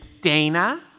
Dana